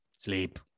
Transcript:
Sleep